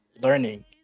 learning